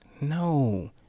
No